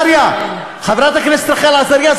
חברת הכנסת רחל עזריה,